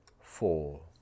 four